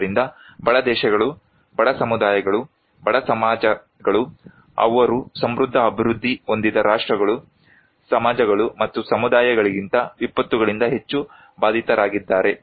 ಆದ್ದರಿಂದ ಬಡ ದೇಶಗಳು ಬಡ ಸಮುದಾಯಗಳು ಬಡ ಸಮಾಜಗಳು ಅವರು ಸಮೃದ್ಧ ಅಭಿವೃದ್ಧಿ ಹೊಂದಿದ ರಾಷ್ಟ್ರಗಳು ಸಮಾಜಗಳು ಮತ್ತು ಸಮುದಾಯಗಳಿಗಿಂತ ವಿಪತ್ತುಗಳಿಂದ ಹೆಚ್ಚು ಬಾಧಿತರಾಗಿದ್ದಾರೆ